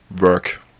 work